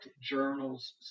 journals